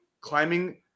climbing